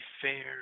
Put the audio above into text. fair